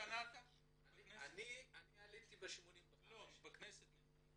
מאיזו שנה אתה בכנסת?